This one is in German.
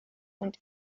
und